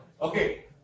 Okay